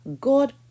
God